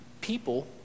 people